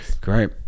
great